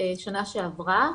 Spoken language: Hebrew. שנה שעברה,